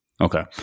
okay